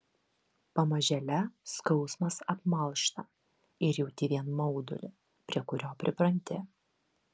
pamažėle skausmas apmalšta ir jauti vien maudulį prie kurio pripranti